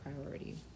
priority